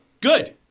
Good